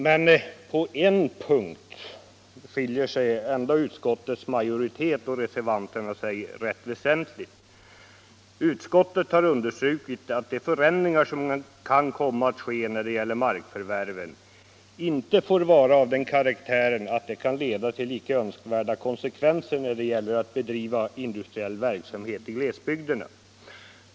Men på en punkt skiljer sig utskottets majoritet och reservanterna rätt väsentligt. Utskottet har understrukit att de förändringar som kan komma att ske när det gäller markförvärven inte får vara av den karaktären att de kan leda till icke önskvärda konsekvenser för industriell verksamhet i glesbygderna.